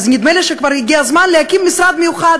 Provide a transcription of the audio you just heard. נדמה לי שכבר הגיע הזמן להקים משרד מיוחד